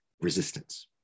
resistance